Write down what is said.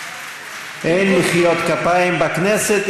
אין מחיאות כפיים בכנסת.